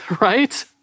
right